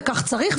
וכך צריך,